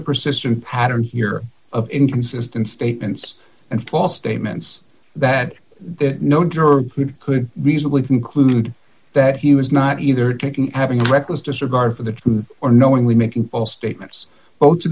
a persistent pattern here of inconsistent statements and false statements that no driver would could reasonably conclude that he was not either taking having a reckless disregard for the truth or knowingly making false statements both to